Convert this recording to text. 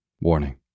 Warning